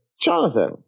Jonathan